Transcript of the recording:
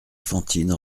fantine